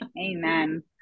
Amen